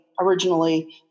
originally